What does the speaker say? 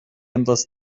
endless